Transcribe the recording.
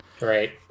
Right